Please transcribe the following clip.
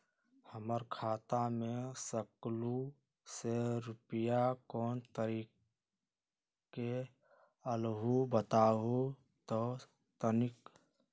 हमर खाता में सकलू से रूपया कोन तारीक के अलऊह बताहु त तनिक?